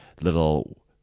little